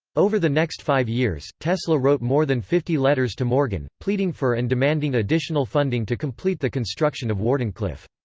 over the next five years, tesla wrote more than fifty letters to morgan, pleading for and demanding additional funding to complete the construction of wardenclyffe.